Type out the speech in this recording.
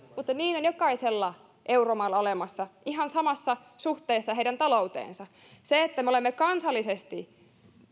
mutta niin on jokaisella euromaalla olemassa ihan samassa suhteessa heidän talouteensa se että me olemme kansallisesti